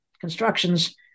constructions